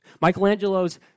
Michelangelo's